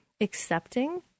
accepting